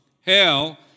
hell